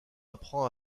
apprend